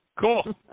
Cool